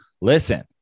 listen